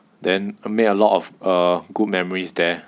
then made a lot of a good memories there